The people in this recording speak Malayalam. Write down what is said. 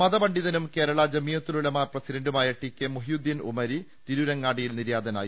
മതപണ്ഡിതനും കേരള ജംഇയ്യത്തുൽ ഉലമ പ്രസിഡന്റുമായ ടി കെ മുഹ്യുദ്ദീൻ ഉമരി തിരൂരങ്ങാടിയിൽ നിര്യാതനായി